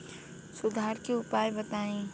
सुधार के उपाय बताई?